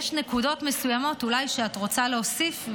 אולי יש נקודות מסוימות שאת רוצה להוסיף,